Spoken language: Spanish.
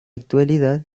actualidad